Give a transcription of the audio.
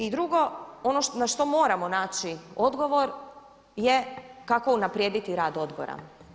I drugo, ono na što moramo naći odgovor je kako unaprijediti rad odbora.